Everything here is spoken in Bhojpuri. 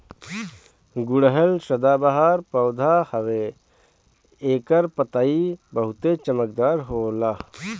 गुड़हल सदाबाहर पौधा हवे एकर पतइ बहुते चमकदार होला